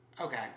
Okay